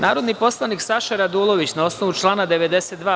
Narodni poslanik Saša Radulović, na osnovu člana 92.